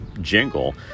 jingle